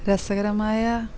രസകരമായ